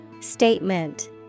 Statement